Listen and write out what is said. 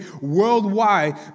worldwide